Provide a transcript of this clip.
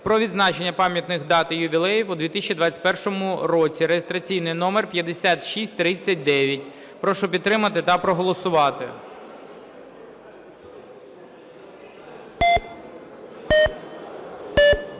"Про відзначення пам’ятних дат і ювілеїв у 2021 році" (реєстраційний номер 5639). Прошу підтримати та проголосувати.